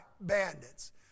bandits